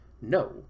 no